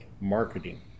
marketing